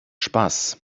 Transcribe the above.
spaß